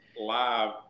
live